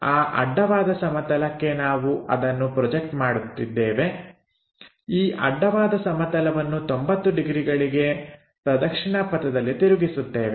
ಆ ಅಡ್ಡವಾದ ಸಮತಲಕ್ಕೆ ನಾವು ಅದನ್ನು ಪ್ರೊಜೆಕ್ಟ್ ಮಾಡುತ್ತಿದ್ದೇವೆ ಈ ಅಡ್ಡವಾದ ಸಮತಲವನ್ನು 90 ಡಿಗ್ರಿಗಳಿಗೆ ಪ್ರದಕ್ಷಿಣಾ ಪಥದಲ್ಲಿ ತಿರುಗಿಸುತ್ತೇವೆ